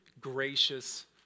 gracious